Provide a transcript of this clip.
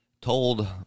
told